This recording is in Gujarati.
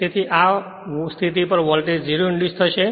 તેથી આ સ્થિતિ પર વોલ્ટેજ 0 ઇંડ્યુસ થશે